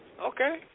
Okay